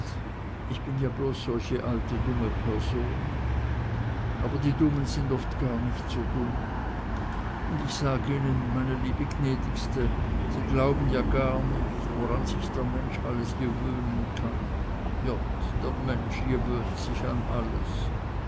ich bin ja bloß solche alte dumme person aber die dummen sind oft gar nicht so dumm und ich sag ihnen meine liebe jnädigste sie jlauben jar nich woran sich der mensch alles jewöhnen kann jott der mensch jewöhnt sich an alles